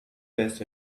best